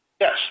Yes